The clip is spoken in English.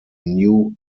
new